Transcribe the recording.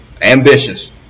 ambitious